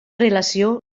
relació